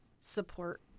support